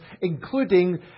including